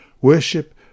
Worship